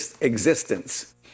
existence